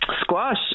squash